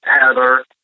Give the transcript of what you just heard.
Heather